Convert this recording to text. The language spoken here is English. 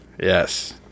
Yes